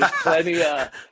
plenty